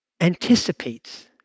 anticipates